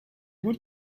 gut